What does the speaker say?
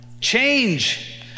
Change